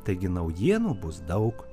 taigi naujienų bus daug